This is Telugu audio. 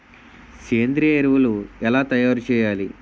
సేంద్రీయ ఎరువులు ఎలా తయారు చేయాలి?